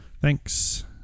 Thanks